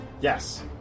Yes